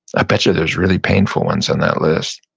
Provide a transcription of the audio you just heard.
i bet you there's really painful ones on that list.